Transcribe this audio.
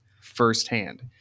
firsthand